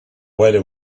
whether